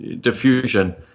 diffusion